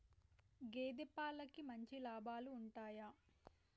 గేదే పాలకి మంచి లాభాలు ఉంటయా?